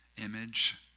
image